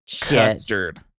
custard